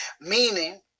meaning